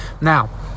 Now